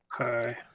Okay